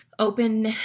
Open